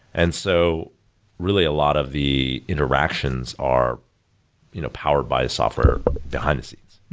and so really, a lot of the interactions are you know powered by a software behind the scenes.